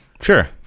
sure